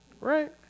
Right